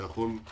אתה יכול להוריד